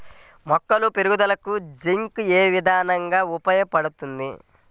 మొక్కల పెరుగుదలకు జింక్ ఏ విధముగా ఉపయోగపడుతుంది?